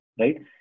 right